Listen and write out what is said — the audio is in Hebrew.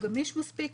הוא גמיש מספיק,